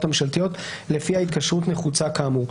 הממשלתיות לפיה ההתקשרות נחוצה כאמור,